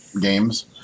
Games